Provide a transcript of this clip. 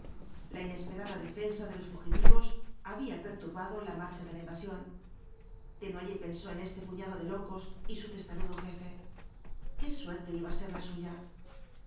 la inesperada defensa de los fugitivos había perturbado la marcha de la invasión desnoyers pensó en este puñado de locos y su testarudo jefe qué suerte iba á ser la suya